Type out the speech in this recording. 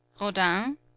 Rodin